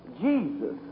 Jesus